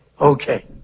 Okay